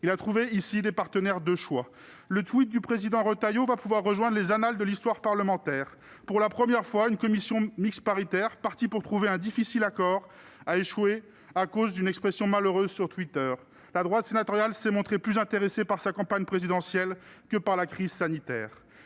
Il a trouvé ici des partenaires de choix. Le tweet du président Retailleau va pouvoir rejoindre les annales de l'histoire parlementaire. Pour la première fois, une commission mixte paritaire, partie pour trouver un difficile accord, a échoué à cause d'une expression malheureuse sur Twitter. La droite sénatoriale s'est montrée plus intéressée par sa campagne présidentielle que par la crise sanitaire